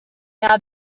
now